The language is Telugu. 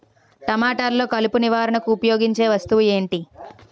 టమాటాలో కలుపు నివారణకు ఉపయోగించే వస్తువు ఏంటి?